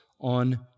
on